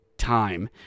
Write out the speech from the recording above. time